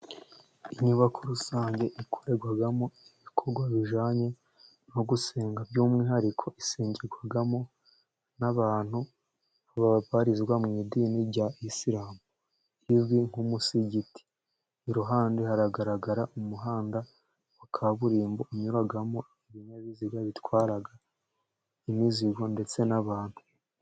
Inyubako rusange ikorerwamo ibikorwa bijyanye no gusenga, by'umwihariko isengerwamo n'abantu babarizwa mu idini rya isilamu rizwi nk'umusigiti, iruhande hagaragara umuhanda wa kaburimbo unyuramo ibinyabiziga bitwara imizigo ndetse n'abantu.